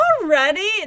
already